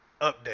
update